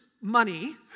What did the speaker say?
money